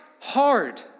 hard